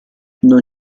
non